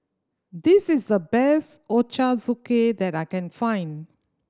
this is the best Ochazuke that I can find